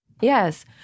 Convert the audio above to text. Yes